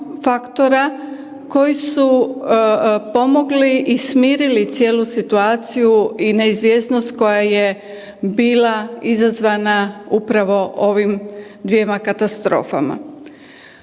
koji su pomogli i smirili cijelu situaciju i neizvjesnost koja je bila izazvana upravo ovim dvjema katastrofama.